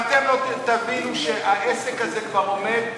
אם אתם לא תבינו שהעסק הזה כבר עומד,